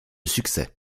succès